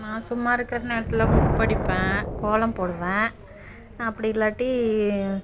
நான் சும்மா இருக்கிற நேரத்தில் புக் படிப்பேன் கோலம் போடுவேன் அப்படி இல்லாட்டி